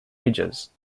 ages